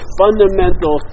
fundamental